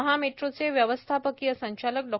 महा मेट्रोचे व्यवस्थापकीय संचालक डॉ